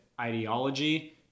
ideology